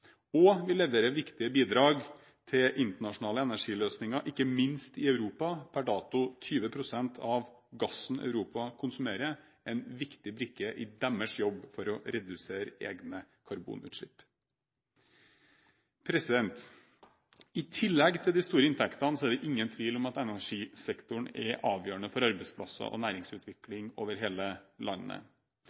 internasjonalt. Vi leverer viktige bidrag til internasjonale energiløsninger, ikke minst i Europa, per dato 20 pst. av gassen Europa konsumerer – en viktig brikke i deres jobb med å redusere egne karbonutslipp. I tillegg til de store inntektene er det ingen tvil om at energisektoren er avgjørende for arbeidsplasser og næringsutvikling over hele landet.